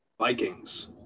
Vikings